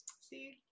See